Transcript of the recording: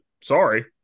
sorry